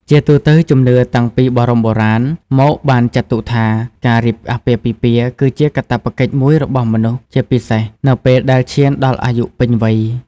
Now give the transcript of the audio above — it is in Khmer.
ជាទូទៅជំនឿតាំងពីបរមបុរាណមកបានចាត់ទុកថា ការរៀបអាពាហ៍ពិពាហ៍គឺជាកាតព្វកិច្ចមួយរបស់មនុស្ស ជាពិសេសនៅពេលដែលឈានដល់អាយុពេញវ័យ ។